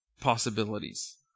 possibilities